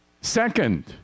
Second